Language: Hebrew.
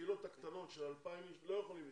הקהילות הקטנות של 2,000 איש לא יכולים להתקיים.